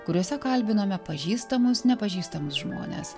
kuriuose kalbiname pažįstamus nepažįstamus žmones